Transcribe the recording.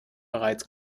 bereits